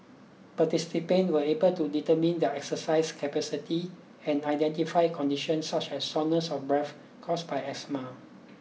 participants will be able to determine their exercise capacity and identify conditions such as shortness of breath caused by asthma